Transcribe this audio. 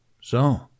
So